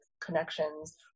connections